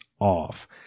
off